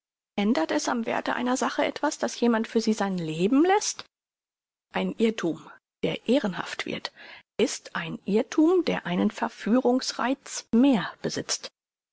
ändert es am werthe einer sache etwas daß jemand für sie sein leben läßt ein irrthum der ehrenhaft wird ist ein irrthum der einen verführungsreiz mehr besitzt